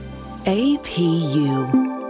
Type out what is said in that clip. APU